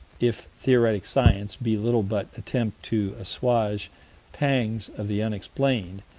if theoretic science be little but attempt to assuage pangs of the unexplained,